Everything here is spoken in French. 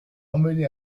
emmené